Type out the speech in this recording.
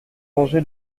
mangé